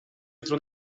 jutro